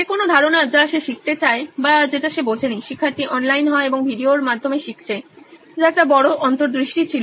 যে কোনো ধারণা যা সে শিখতে চায় বা যেটা সে বোঝেনি শিক্ষার্থী অনলাইন হয় এবং সে ভিডিওর মাধ্যমে শিখছে যা একটা বড় অন্তর্দৃষ্টি ছিল